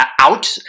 Out